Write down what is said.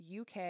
UK